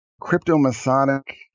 crypto-masonic